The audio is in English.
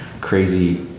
crazy